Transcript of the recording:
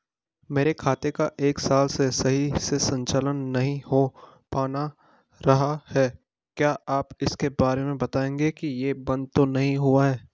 मेरे खाते का एक साल से सही से संचालन नहीं हो पाना रहा है क्या आप इसके बारे में बताएँगे कि ये बन्द तो नहीं हुआ है?